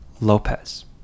Lopez